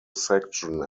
section